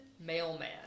mailman